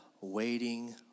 waiting